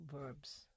verbs